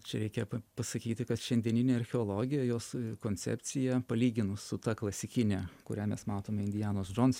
čia reikia pasakyti kad šiandieninė archeologija jos koncepcija palyginus su ta klasikine kurią mes matome indianos džons